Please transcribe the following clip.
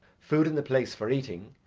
food in the place for eating,